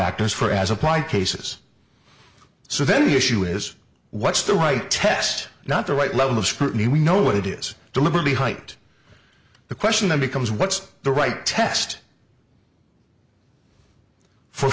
factors for as applied cases so then the issue is what's the right test not the right level of scrutiny we know what it is deliberately hite the question then becomes what's the right test for